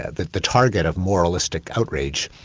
the the target of moralistic outrage.